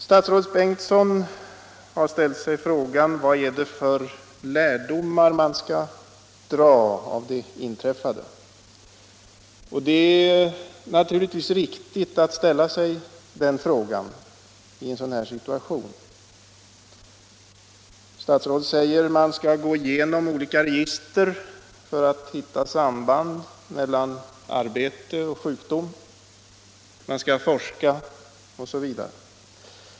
Statsrådet Bengtsson har ställt frågan, vilka lärdomar man kan dra av det inträffade. Det är i en sådan här situation naturligtvis viktigt att ställa den frågan. Statsrådet svarar att man skall gå igenom olika register för att söka samband mellan arbete och sjukdom, att man skall forska osv.